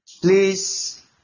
Please